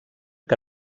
que